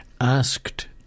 asked